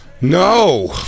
no